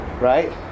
right